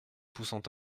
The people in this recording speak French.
poussant